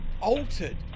altered